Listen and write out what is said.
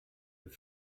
with